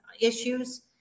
issues